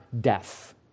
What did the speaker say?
death